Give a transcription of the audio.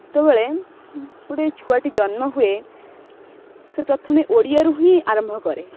ଯେତେବେଳେ ଗୋଟେ ଛୁଆଟି ଜନ୍ମ ହୁଏ ସେ ପ୍ରଥମେ ଓଡ଼ିଆରୁ ହିଁ ଆରମ୍ଭ କରେ